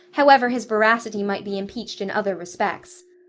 however his veracity might be impeached in other respects.